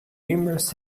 numerous